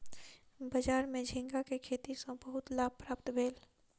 बजार में झींगा के खेती सॅ बहुत लाभ प्राप्त भेल